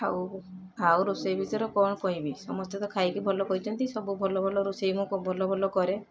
ହାଉ ଆଉ ରୋଷେଇ ବିଷୟରେ କ'ଣ କହିବି ସମସ୍ତେ ତ ଖାଇକି ଭଲ କହିଛନ୍ତି ସବୁ ଭଲ ଭଲ ରୋଷେଇ ମୁଁ କ ଭଲ ଭଲ କରେ